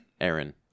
Aaron